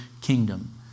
kingdom